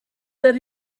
that